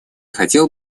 хотел